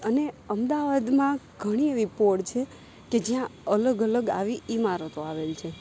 અને અમદાવાદમાં ઘણી એવી પોળ છે કે જ્યાં અલગ અલગ આવી ઇમારતો આવેલ છે